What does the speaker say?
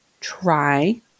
try